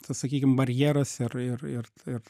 tas sakykim barjeras ir ir ir ir